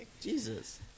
Jesus